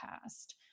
past